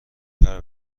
شهر